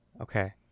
Okay